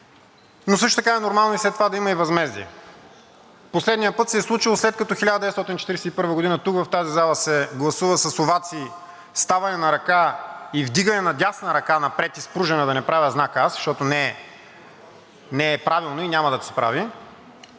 но също така е нормално след това да има и възмездие. Последния път се е случило, след като 1941 г. тук, в тази зала, се гласува с овации, ставане на крака и вдигане на дясна ръка напред, изпружена – да не правя знака аз, защото не е правилно и няма да се прави,